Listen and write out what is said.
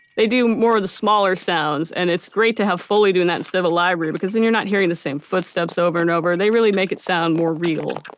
they do more of the smaller sounds, and it's great to have foley doing that instead of a library, because then you're not hearing the same footsteps over and over. they really make it sound more real